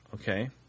Okay